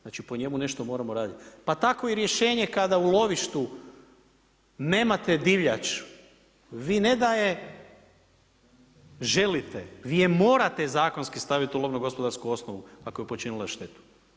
Znači po njemu nešto moramo raditi, pa tako i rješenje kada u lovištu nemate divljač, vi ne da je želite, vi je morate zakonski staviti u lovno-gospodarsku osnovu ako je počinila štetu.